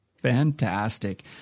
Fantastic